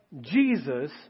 Jesus